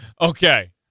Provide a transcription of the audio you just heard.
Okay